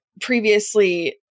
previously